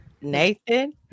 Nathan